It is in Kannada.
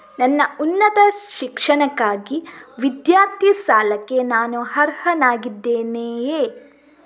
ನನ್ನ ಉನ್ನತ ಶಿಕ್ಷಣಕ್ಕಾಗಿ ವಿದ್ಯಾರ್ಥಿ ಸಾಲಕ್ಕೆ ನಾನು ಅರ್ಹನಾಗಿದ್ದೇನೆಯೇ?